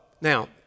Now